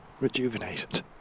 rejuvenated